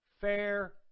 fair